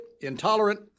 intolerant